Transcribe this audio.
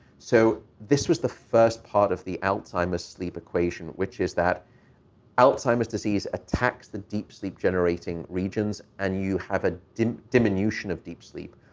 so this was the first part of the alzheimer's sleep equation, which is that alzheimer's disease attacks the deep-sleep-generating regions and you have ah a diminution of deep sleep,